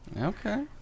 Okay